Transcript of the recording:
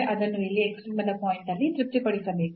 ಅದನ್ನು ಅಲ್ಲಿ ಎಕ್ಸ್ಟ್ರೀಮದ ಪಾಯಿಂಟ್ ಅಲ್ಲಿ ತೃಪ್ತಿಪಡಿಸಬೇಕು